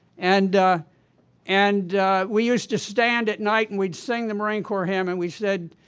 and and we used to stand at night, and we'd sing the marine corps hymn, and we said